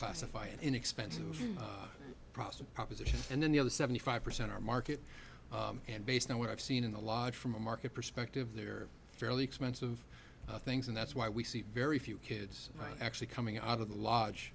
classify an inexpensive process proposition and then the other seventy five percent are market and based on what i've seen in a lot from a market perspective they're fairly expensive things and that's why we see very few kids actually coming out of the lodge